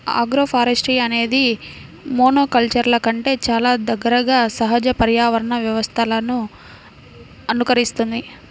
agroforestry అనేది మోనోకల్చర్ల కంటే చాలా దగ్గరగా సహజ పర్యావరణ వ్యవస్థలను అనుకరిస్తుంది